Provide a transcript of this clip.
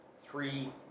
three